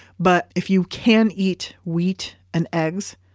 but if you can eat wheat and eggs,